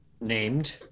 named